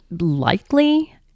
likely